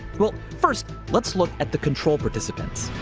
well, first, let's look at the control participants.